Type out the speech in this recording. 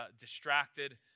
distracted